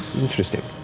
interesting.